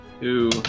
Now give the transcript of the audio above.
Two